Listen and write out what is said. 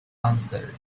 answered